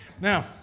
now